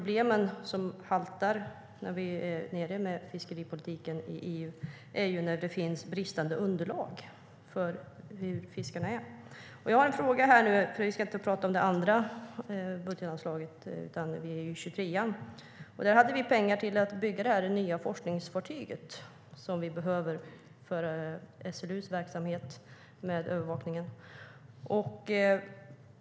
Det som haltar i vår fiskepolitik i EU är det bristande underlaget. Vi ska inte prata om det andra budgetanslaget utan om utgiftsområde 23. Där har vi pengar till att bygga det nya forskningsfartyg som vi behöver för SLU:s verksamhet med övervakningen.